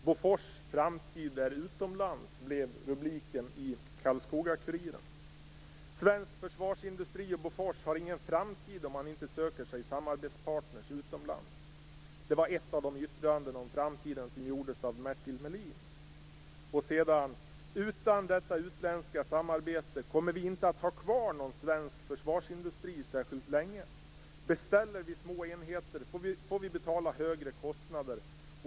Bofors framtid är utomlands, blev rubriken i Karlskoga-Kuriren. Svensk försvarsindustri och Bofors har ingen framtid om man inte söker sig samarbetspartner utomlands. Det var ett av de yttranden om framtiden som gjordes av Mertil Melin. Sedan sade han följande: Utan detta utländska samarbete kommer vi inte att ha kvar någon svensk försvarsindustri särskilt länge. Beställer vi små enheter får vi betala högre kostnader.